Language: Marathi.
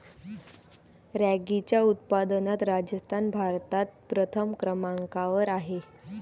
रॅगीच्या उत्पादनात राजस्थान भारतात प्रथम क्रमांकावर आहे